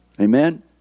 Amen